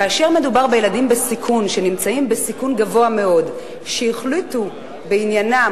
כאשר מדובר בילדים בסיכון שנמצאים בסיכון גבוה מאוד שהחליטו בעניינם,